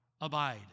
abide